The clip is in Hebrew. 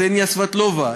קסניה סבטלובה,